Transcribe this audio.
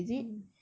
mmhmm